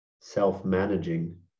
self-managing